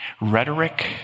rhetoric